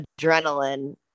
adrenaline